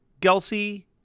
Gelsey